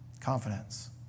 confidence